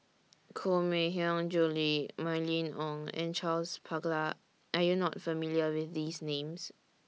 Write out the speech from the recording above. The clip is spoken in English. Koh Mui Hiang Julie Mylene Ong and Charles Paglar Are YOU not familiar with These Names